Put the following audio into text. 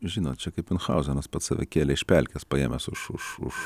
žinot čia kaip miunchauzenas pats save kėlė iš pelkės paėmęs už už už